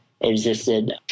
existed